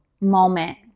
moment